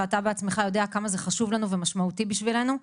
ואתה בעצמך יודע כמה זה חשוב לנו ומשמעותי בשבילנו,